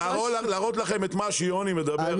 להראות לכם את מה שיוני מדבר,